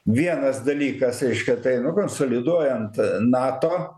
vienas dalykas reiškia tai nu konsoliduojant nato